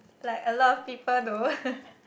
like a lot of people though